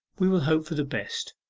we will hope for the best.